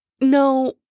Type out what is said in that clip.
No